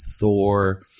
Thor